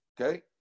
okay